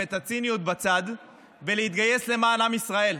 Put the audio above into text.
את הציונות בצד ולהתגייס למען עם ישראל.